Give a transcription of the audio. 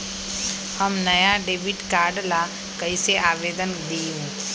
हम नया debit card ला कईसे आवेदन दिउ?